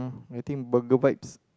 I think Burger Vibes